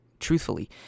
truthfully